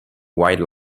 white